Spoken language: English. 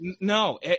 No